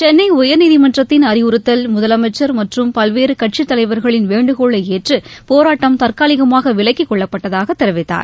சென்னை உயர்நீதிமன்றத்தின் அறிவுறுத்தல் முதலமைச்சர் மற்றும் பல்வேறு கட்சித் தலைவர்களின் வேண்டுகோளை ஏற்று பேராட்டம் தற்காலிகமாக விலக்கிக்கொள்ளப்பட்டதாக தெரிவித்தார்